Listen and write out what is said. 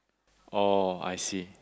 oh I see